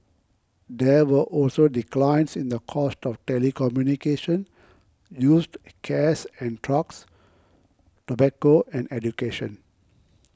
there were also declines in the cost of telecommunication used cares and trucks tobacco and education